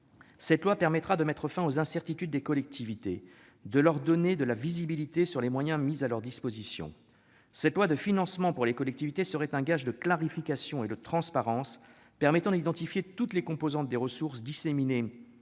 Cette loi permettra de mettre fin aux incertitudes des collectivités, de leur donner de la visibilité sur les moyens mis à leur disposition. Cette loi de financement pour les collectivités serait un gage de clarification et de transparence permettant d'identifier toutes les composantes des ressources disséminées